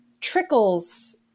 trickles